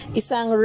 isang